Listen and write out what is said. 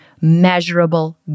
measurable